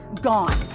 gone